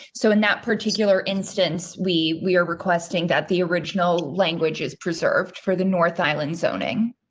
so, in that particular instance, we we are requesting that the original language is preserved for the north island zoning.